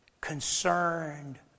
concerned